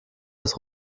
des